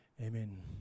Amen